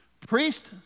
priest